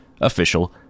official